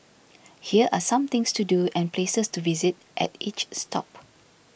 here are some things to do and places to visit at each stop